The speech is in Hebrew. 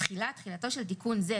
תחילה תחילתו של תיקון זה,